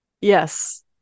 Yes